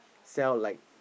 sell like